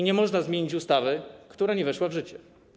Nie można zmienić ustawy, która nie weszła w życie.